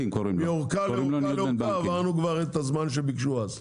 ומארכה לארכה לארכה עברנו כבר את הזמן שהם ביקשו אז.